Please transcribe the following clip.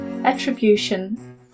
Attribution